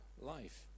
life